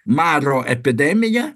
maro epidemija